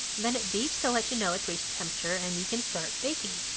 then it beeps to let you know it's reached temperature. and you can start baking.